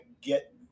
get